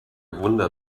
wunder